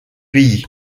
pays